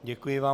Děkuji vám.